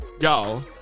Yo